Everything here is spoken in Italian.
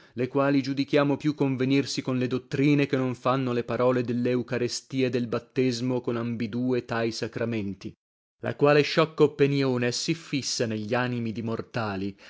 le quali giudichiamo più convenirsi con le dottrine che non fanno le parole delleucaristia e del battesmo con ambidue tai sacramenti la quale sciocca oppenione è sì fissa negli animi di mortali